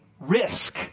risk